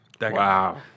Wow